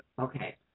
Okay